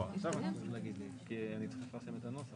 אבל לפני זה אני אומר שאנחנו פותחים את האפשרות